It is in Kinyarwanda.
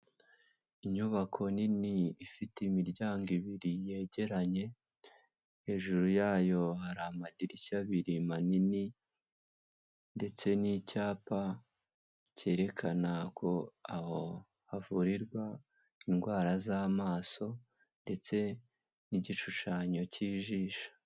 Inyubako nini ifite imiryango ibiri yegeranye, hejuru yayo hari amadirishya abiri manini ndetse n'icyapa cyerekana ko aho havurirwa indwara z'amaso ndetse n'igishushanyo cy'ijisho.